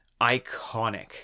Iconic